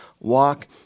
Walk